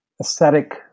aesthetic